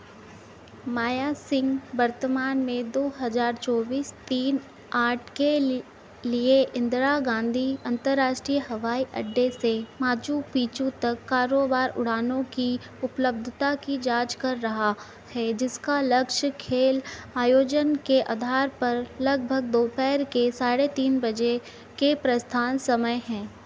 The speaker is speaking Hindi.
माया सिंह वर्तमान में दो हज़ार चौबीस तीन आठ के लिए इंदिरा गांधी अंतर्राष्ट्रीय हवाई अड्डे से माचू पिचू तक कारोबार उड़ानों की उपलब्धता की जाँच कर रहा है जिसका लक्ष्य खेल आयोजन के अधार पर लगभग दोपहर के साढ़े तीन बजे के प्रस्थान समय है